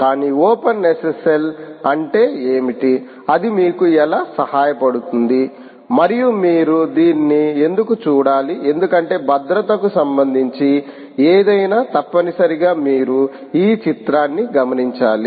కానీ ఓపెన్ఎస్ఎస్ఎల్ అంటే ఏమిటి అది మీకు ఎలా సహాయపడుతుంది మరియు మీరు దీన్ని ఎందుకు చూడాలి ఎందుకంటే భద్రతకు సంబంధించి ఏదైనా తప్పనిసరిగా మీరు ఈ చిత్రాన్ని గమనించాలి